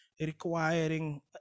requiring